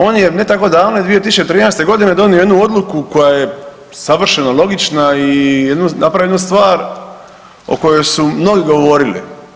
On je ne tako davno, 2013. godine donio jednu odluku koja je savršeno logična i napravio jednu stvar o kojoj su mnogi govorili.